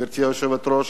גברתי היושבת-ראש,